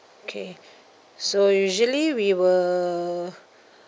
okay so usually we were